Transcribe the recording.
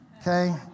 Okay